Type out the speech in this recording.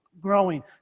growing